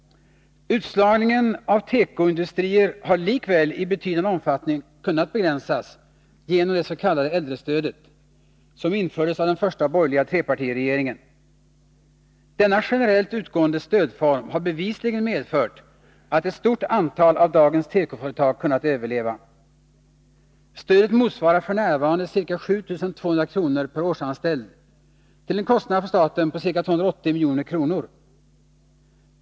Utslagningen av tekoindustrier har likväl i betydande omfattning kunnat begränsas genom det s.k. äldrestödet, som infördes av den första borgerliga trepartiregeringen. Denna generellt utgående stödform har bevisligen medfört att ett stort antal av dagens tekoföretag kunnat överleva. Stödet motsvarar f. n. ca 7 200 kr. per årsanställd, till en kostnad för staten på ca 280 milj.kr.